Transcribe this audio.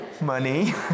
Money